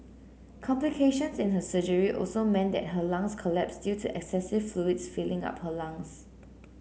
complications in her surgery also meant that her lungs collapsed due to excessive fluids filling up her lungs